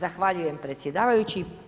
Zahvaljujem predsjedavajući.